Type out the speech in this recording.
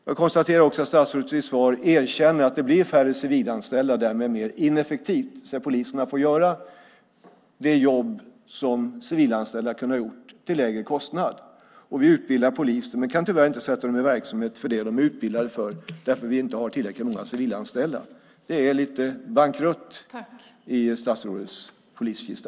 Jag konstaterar att statsrådet i sitt svar erkänner att det blir färre civilanställda och därmed mer ineffektivt eftersom poliserna får göra det jobb som civilanställda kunde ha gjort till lägre kostnad. Vi utbildar poliser men kan tyvärr inte sätta dem i verksamhet för det som de är utbildade för eftersom vi inte har tillräckligt många civilanställda. Det är bankrutt i statsrådets poliskista.